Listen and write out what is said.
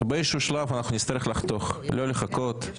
באיזה שהוא שלב אנחנו נצטרך לחתוך, לא לחכות.